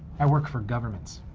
i work for governments.